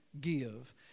give